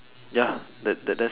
ya the that